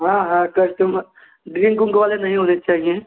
हाँ हाँ customer drink ऊंक वाले नहीं होने चाहिए